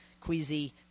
queasy